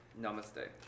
namaste